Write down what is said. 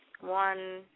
one